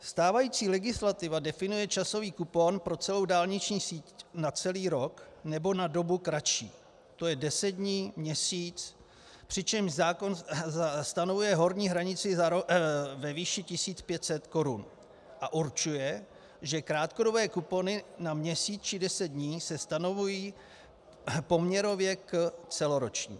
Stávající legislativa definuje časový kupon pro celu dálniční síť na celý rok nebo na dobu kratší, to je 10 dní, měsíc, přičemž zákon stanovuje horní hranici ve výši 1 500 korun a určuje, že krátkodobé kupony na měsíc či 10 dní se stanovují poměrově k celoročnímu.